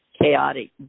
Chaotic